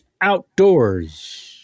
outdoors